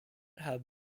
have